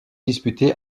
disputé